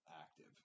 active